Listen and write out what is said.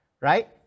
right